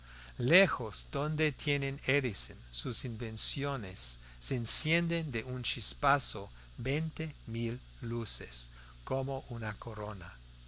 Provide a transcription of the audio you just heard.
lejos donde tiene edison sus invenciones se encienden de un chispazo veinte mil luces como una corona